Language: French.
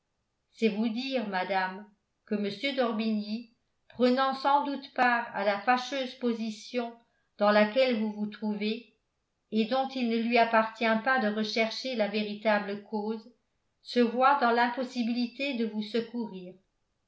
c'est vous dire madame que m d'orbigny prenant sans doute part à la fâcheuse position dans laquelle vous vous trouvez et dont il ne lui appartient pas de rechercher la véritable cause se voit dans l'impossibilité de vous secourir